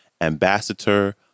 Ambassador